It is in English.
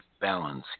balance